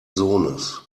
sohnes